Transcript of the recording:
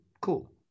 Cool